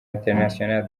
international